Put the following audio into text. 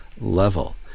level